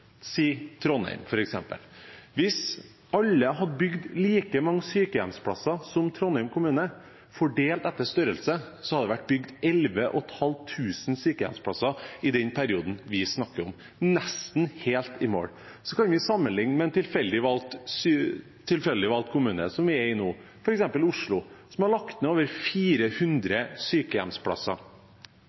si Trondheim. Hvis alle hadde bygd like mange sykehjemsplasser som Trondheim kommune – i forhold til størrelse – hadde det vært bygd 11 500 sykehjemsplasser i perioden vi snakker om, altså nesten helt i mål. Så kan vi sammenligne med en tilfeldig valgt kommune som vi er i nå, f.eks. Oslo, som har lagt ned over 400 sykehjemsplasser.